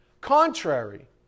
contrary